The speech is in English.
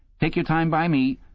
take your time by me.